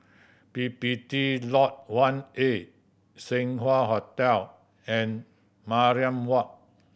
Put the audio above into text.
P P T Lodge One A Seng Wah Hotel and Mariam Walk